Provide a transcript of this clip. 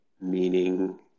meaning